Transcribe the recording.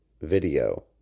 video